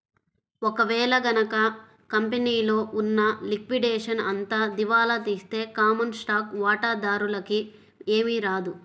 ఒక వేళ గనక కంపెనీలో ఉన్న లిక్విడేషన్ అంతా దివాలా తీస్తే కామన్ స్టాక్ వాటాదారులకి ఏమీ రాదు